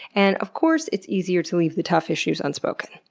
and of course it's easier to leave the tough issues unspoken.